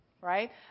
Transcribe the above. Right